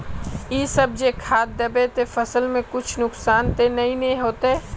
इ सब जे खाद दबे ते फसल में कुछ नुकसान ते नय ने होते